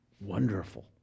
wonderful